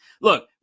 Look